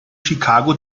chicago